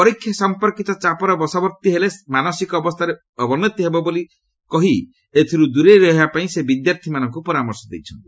ପରୀକ୍ଷା ସମ୍ପର୍କିତ ଚାପର ବଶବର୍ତ୍ତୀ ହେଲେ ମାନସିକ ଅବସ୍ଥାରେ ଅବନ୍ନତି ହେବ ବୋଲି କହି ଏଥିରୁ ଦୂରେଇ ରହିବାପାଇଁ ସେ ବିଦ୍ୟାର୍ଥୀମାନଙ୍କୁ ପରାମର୍ଶ ଦେଇଛନ୍ତି